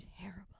terrible